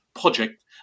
project